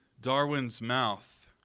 darwin's mouth.